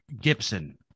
Gibson